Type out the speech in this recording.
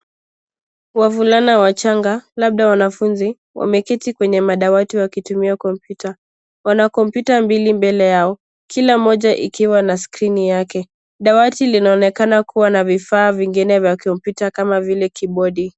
Wavulana wachanga labda wanafunzi wameketi kwenye madawati wakitumia kompyuta. Pana kompyuta mbili mbele yao kila moja ikiwa na skrini yake. Dawati linaonekana kuwa na vifaa vingine vya kompyuta kama vile kibodi.